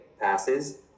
passes